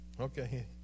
Okay